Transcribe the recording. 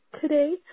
today